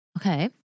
Okay